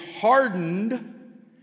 hardened